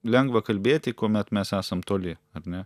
lengva kalbėti kuomet mes esam toli ar ne